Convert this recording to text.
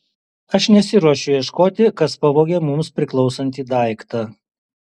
aš nesiruošiu ieškoti kas pavogė mums priklausantį daiktą